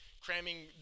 cramming